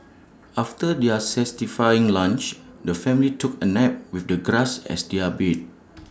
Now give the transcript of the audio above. after their lunch the family took A nap with the grass as their bed